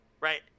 right